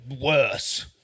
worse